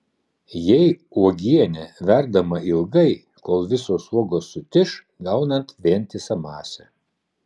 jei uogienė verdama ilgai kol visos uogos sutiš gaunant vientisą masę